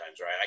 right